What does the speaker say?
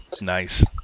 Nice